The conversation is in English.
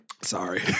Sorry